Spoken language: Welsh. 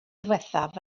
ddiwethaf